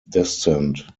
descent